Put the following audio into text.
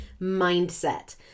mindset